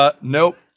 Nope